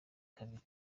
kabiri